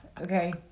Okay